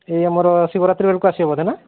ଏଇ ଆମର ଶିବରାତ୍ରୀ ବେଳକୁ ଆସିବେ ବୋଧେ ନା